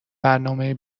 برنامهای